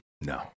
no